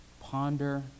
ponder